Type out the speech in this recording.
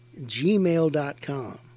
gmail.com